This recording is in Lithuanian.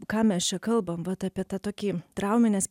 ką mes čia kalbam vat apie tą tokį trauminės